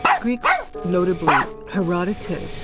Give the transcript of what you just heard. greeks, notably herodotus,